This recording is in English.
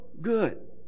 good